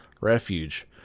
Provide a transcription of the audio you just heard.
refuge